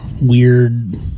weird